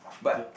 but